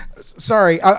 Sorry